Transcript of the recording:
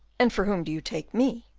and for whom do you take me?